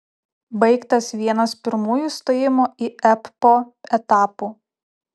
baigtas vienas pirmųjų stojimo į ebpo etapų